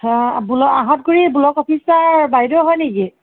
অঁ বোলো আঁহতগুৰি ব্লক অফিচাৰ বাইদেউ হয় নেকি